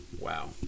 Wow